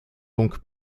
donc